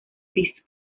piso